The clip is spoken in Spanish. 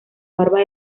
barbas